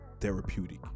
therapeutic